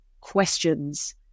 questions